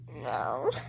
No